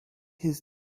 his